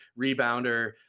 rebounder